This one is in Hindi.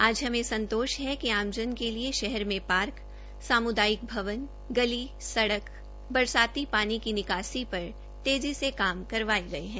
आज हमें संतोष है कि आमजन के लिए शहर में पार्क सामुदायिक भवन गली सडक बरसाती पानी की निकासी पर तेजी से काम करवाए गए हैं